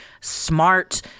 smart